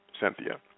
Cynthia